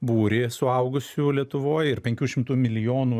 būrį suaugusių lietuvoj ir penkių šimtų milijonų